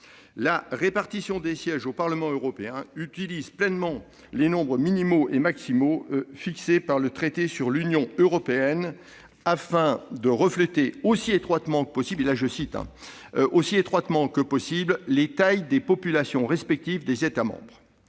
La répartition des sièges au Parlement européen utilise pleinement les nombres minimaux et maximaux fixés par le traité sur l'Union européenne afin de refléter aussi étroitement que possible les tailles des populations respectives des États membres.